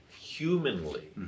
humanly